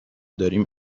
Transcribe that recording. داریم